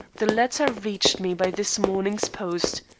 the letter reached me by this morning's post.